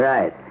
Right